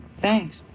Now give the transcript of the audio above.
Thanks